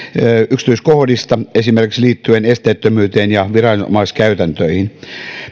yksityiskohdista esimerkiksi liittyen esteettömyyteen ja viranomaiskäytäntöihin